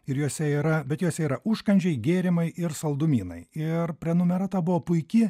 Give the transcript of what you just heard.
ir juose yra bet jose yra užkandžiai gėrimai ir saldumynai ir prenumerata buvo puiki